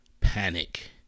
panic